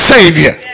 Savior